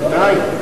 שנתיים?